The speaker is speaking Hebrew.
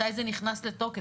מתי זה נכנס לתוקף?